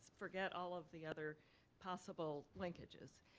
forget all of the other possible linkages,